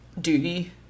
duty